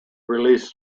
released